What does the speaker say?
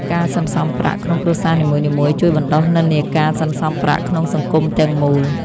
ការសន្សុំប្រាក់ក្នុងគ្រួសារនីមួយៗជួយបណ្ដុះនិន្នាការសន្សុំប្រាក់ក្នុងសង្គមទាំងមូល។